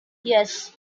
yes